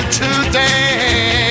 today